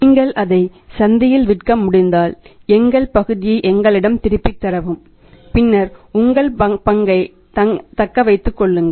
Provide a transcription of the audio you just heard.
நீங்கள் அதை சந்தையில் விற்க முடிந்தால் எங்கள் பகுதியை எங்களிடம் திருப்பித் தரவும் பின்னர் உங்கள் பங்கைத் தக்க வைத்துக் கொள்ளுங்கள்